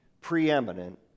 preeminent